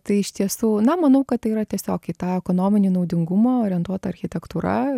tai iš tiesų na manau kad tai yra tiesiog į tą ekonominį naudingumą orientuota architektūra